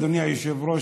אדוני היושב-ראש,